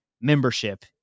membership